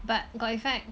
but got effect